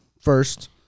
first